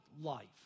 life